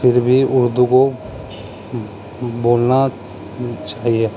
پھر بھی اردو کو بولنا چاہیے